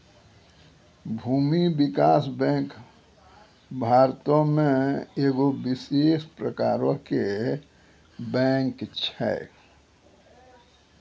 भूमि विकास बैंक भारतो मे एगो विशेष प्रकारो के बैंक छै